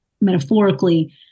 metaphorically